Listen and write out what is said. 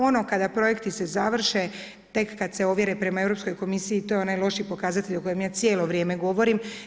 Ono kada projekti se završe tek kad se ovjere prema Europskoj komisiji to je onaj lošiji pokazatelj o kojem ja cijelo vrijeme govorim.